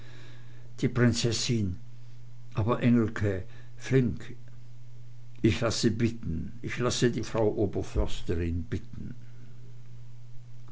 die prinzessin aber rasch engelke flink ich lasse bitten ich lasse die frau oberförsterin bitten